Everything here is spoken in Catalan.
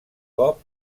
cop